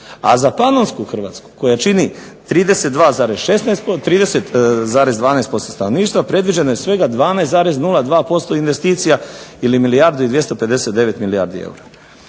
a za panonsku Hrvatsku koja čini 30,12% stanovništva predviđeno je svega 12,02% investicija ili milijardu i 259 milijardi eura.